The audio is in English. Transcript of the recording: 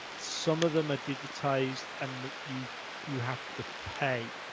some of them are digitized and you you have to pay